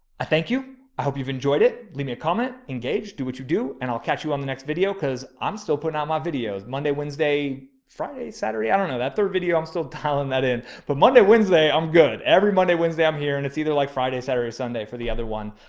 i thank you. i hope you've enjoyed it. leave me a comment. engage, do what you do and i'll catch you on the next video because i'm still putting out my um ah videos monday, wednesday, friday, saturday. i don't know that third video. i'm still dialing that in, but monday, wednesday, i'm good. every monday, wednesday, i'm here and it's either like friday, saturday, sunday for the other one.